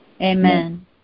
Amen